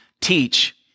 teach